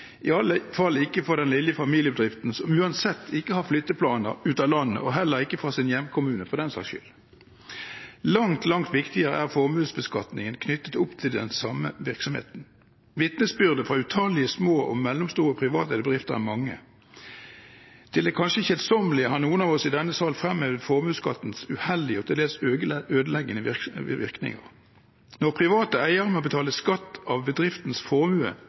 i alle fall ikke for den lille familiebedriften som uansett ikke har flytteplaner ut av landet – og heller ikke fra sin hjemkommune, for den saks skyld. Langt, langt viktigere er formuesbeskatningen knyttet opp til den samme virksomheten. Vitnesbyrdene fra utallige små og mellomstore privateide bedrifter er mange. Til det kanskje kjedsommelige har noen av oss i denne sal fremhevet formuesskattens uheldige og til dels ødeleggende virkninger. Når private eiere må betale skatt av bedriftens formue,